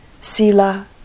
Sila